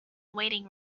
waiting